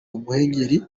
umuhengeri